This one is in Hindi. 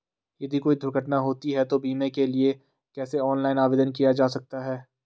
यदि कोई दुर्घटना होती है तो बीमे के लिए कैसे ऑनलाइन आवेदन किया जा सकता है?